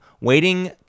Waiting